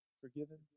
forgiven